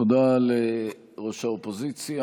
תודה לראש האופוזיציה.